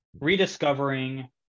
rediscovering